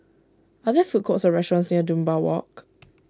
are there food courts or restaurants near Dunbar Walk